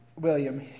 William